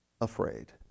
afraid